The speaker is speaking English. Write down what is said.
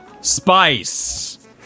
spice